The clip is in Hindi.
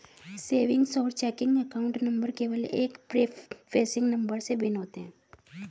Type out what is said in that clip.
सेविंग्स और चेकिंग अकाउंट नंबर केवल एक प्रीफेसिंग नंबर से भिन्न होते हैं